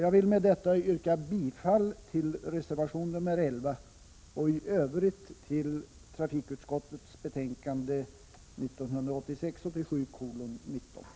Jag vill med det sagda yrka bifall till reservation nr 11 och i övrigt till trafikutskottets hemställan i betänkandet 1986/87:19.